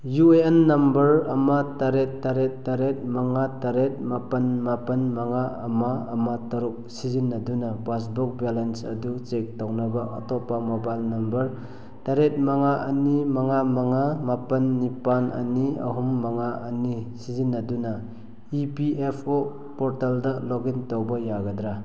U A N number ꯑꯃ ꯇꯔꯦꯠ ꯇꯔꯦꯠ ꯇꯔꯦꯠ ꯃꯉꯥ ꯇꯔꯦꯠ ꯃꯄꯥꯜ ꯃꯄꯥꯜ ꯃꯉꯥ ꯑꯃ ꯑꯃ ꯇꯔꯨꯛ ꯁꯤꯖꯤꯅꯗꯨ ꯄꯥꯁꯕꯨꯛ ꯕꯦꯂꯦꯟ ꯑꯗꯨ ꯆꯦꯛ ꯇꯧꯅꯕ ꯑꯇꯣꯞꯄ ꯃꯣꯕꯥꯏꯜ ꯅꯝꯕꯔ ꯇꯔꯦꯠ ꯃꯉꯥ ꯑꯅꯤ ꯃꯉꯥ ꯃꯉꯥ ꯃꯄꯥꯜ ꯅꯤꯄꯥꯜ ꯑꯅꯤ ꯑꯍꯨꯝ ꯃꯉꯥ ꯑꯅꯤ ꯁꯤꯖꯤꯅꯗꯨꯅ ꯏ ꯄꯤ ꯑꯦꯐ ꯑꯣ ꯄꯣꯔꯇꯦꯜꯗ ꯂꯣꯒꯏꯟ ꯇꯧꯕ ꯌꯥꯒꯗ꯭ꯔꯥ